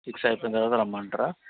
six అయిపోయిన తర్వాత రమ్మంటారా